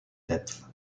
depth